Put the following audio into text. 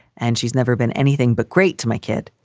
and she's never been anything but great to my kid.